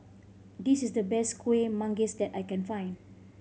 this is the best Kueh Manggis that I can find